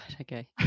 Okay